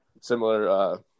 similar